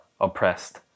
oppressed